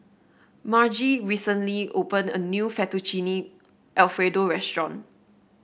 Margie recently opened a new Fettuccine Alfredo Restaurant